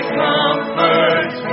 comfort